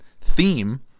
theme